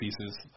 pieces